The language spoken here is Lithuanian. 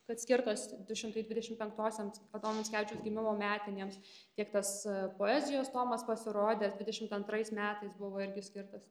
kad skirtos du šimtai dvidešim penktosioms adomo mickevičiaus gimimo metinėms tiek tas poezijos tomas pasirodęs dvidešimt antrais metais buvo irgi skirtas